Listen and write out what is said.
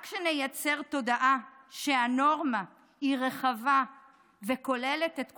רק כשנייצר תודעה שהנורמה היא רחבה וכוללת את כולנו,